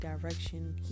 direction